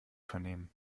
vernehmen